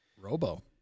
Robo